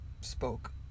spoke